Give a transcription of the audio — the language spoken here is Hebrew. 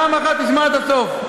פעם אחת תשמע עד הסוף.